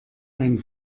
ein